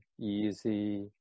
easy